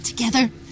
Together